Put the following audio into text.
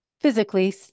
physically